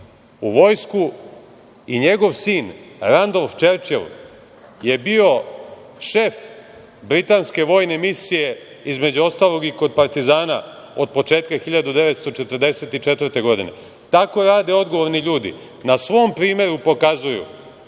u vojsku i njegov sin Randolf Čerčil je bio šef britanske vojne misije, između ostalog i kod partizana od početka 1944. godine. Tako rade odgovorni ljudi. Na svom primeru pokazuju